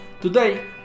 Today